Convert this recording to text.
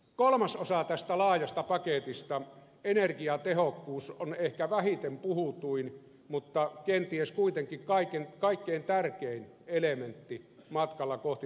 kolmas osa tästä laajasta paketista energiatehokkuus on ehkä vähiten puhuttu mutta kenties kuitenkin kaikkein tärkein elementti matkalla kohti päästötöntä suomea